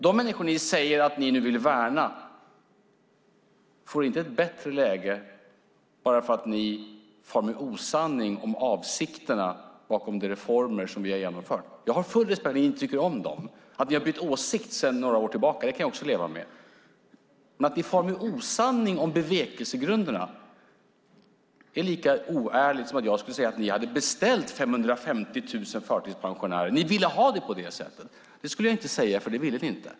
De människor ni säger att ni nu vill värna får inte ett bättre läge bara för att ni far med osanning om avsikterna bakom de reformer som vi har genomfört. Jag har full respekt för att ni inte tycker om dem. Att ni har bytt åsikt sedan några år tillbaka kan jag också leva med. Men att ni far med osanning om bevekelsegrunderna är lika oärligt som att jag skulle säga att ni hade beställt 550 000 förtidspensionärer, att ni ville ha det på det sättet. Det skulle jag inte säga, för det ville ni inte.